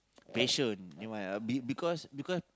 patient know why ah be because because